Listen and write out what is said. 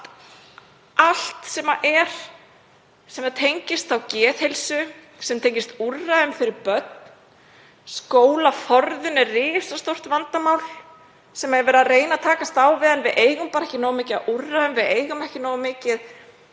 allt sem tengist geðheilsu, sem tengist úrræðum fyrir börn — skólaforðun er risastórt vandamál sem er verið að reyna að takast á við en við eigum bara ekki nógu mikið af úrræðum. Við eigum ekki nógu mikið